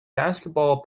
basketball